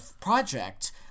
project